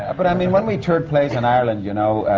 but i mean, when we toured plays in ireland, you know,